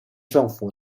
政府